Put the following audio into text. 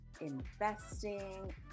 investing